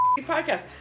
podcast